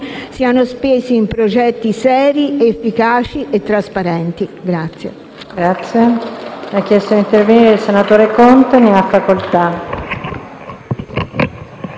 siano spesi in progetti seri, efficaci e trasparenti.